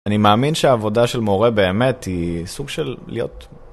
אני מאמין שהעבודה של מורה באמת היא סוג של להיות...